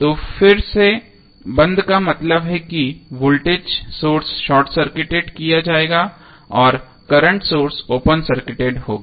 तो फिर से बंद का मतलब है कि वोल्टेज सोर्स शार्ट सर्किटेड किया जाएगा और करंट सोर्स ओपन सर्किटेड होगा